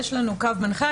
יש לנו קו מנחה.